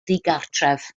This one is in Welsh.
ddigartref